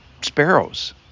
sparrows